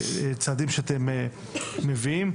הצעדים שאתם מביאים.